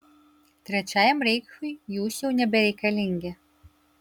trečiajam reichui jūs jau nebereikalingi